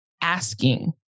asking